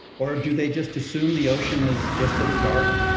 or do they just assume the ocean is just a dark,